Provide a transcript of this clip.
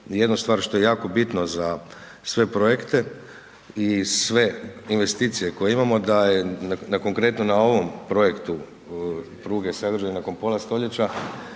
jednu stvar što je jako bitno za sve projekte i sve investicije koje imamo, da je na konkretnom na ovom projektu pruge .../Govornik se